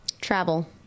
Travel